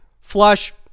flush